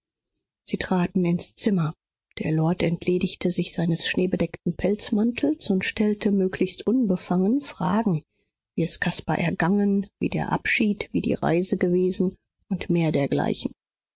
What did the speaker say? sie traten ins zimmer der lord entledigte sich seines schneebedeckten pelzmantels und stellte möglichst unbefangen fragen wie es caspar ergangen wie der abschied wie die reise gewesen und mehr dergleichen